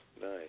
nice